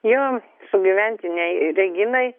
jo sugyventinei reginai